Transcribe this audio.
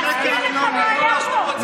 להזכיר לך מה היה פה?